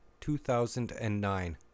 2009